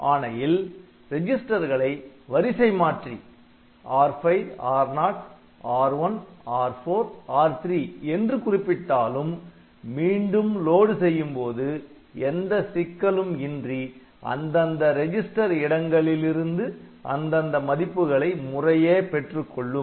ஆணையில் ரெஜிஸ்டர் களை வரிசை மாற்றி R5 R0 R1 R4 R3 என்று குறிப்பிட்டாலும் மீண்டும் லோடு செய்யும்போது எந்த சிக்கலும் இன்றி அந்தந்த ரெஜிஸ்டர் இடங்களிலிருந்து அந்தந்த மதிப்புகளை முறையே பெற்றுக்கொள்ளும்